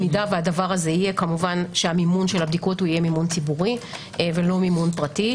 אם זה יהיה - שמימון הבדיקות יהיה ציבורי ולא פרטי,